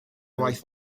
gwaith